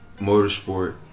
Motorsport